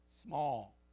small